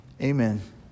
Amen